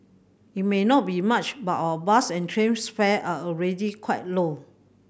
it may not be much but our bus and trains fare are already quite low